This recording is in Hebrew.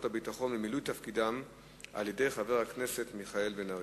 הביטחון במילוי תפקידם על-ידי חבר הכנסת מיכאל בן-ארי.